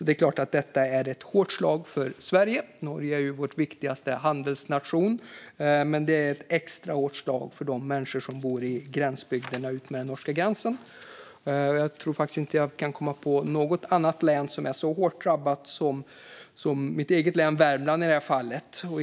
Det är klart att detta är ett hårt slag för Sverige. Norge är vår viktigaste handelspartner. Det är ett extra hårt slag för de människor som bor i gränsbygderna utmed den norska gränsen. Jag tror faktiskt att jag inte kan komma på något annat län som i det här fallet är så drabbat som mitt eget hemlän Värmland.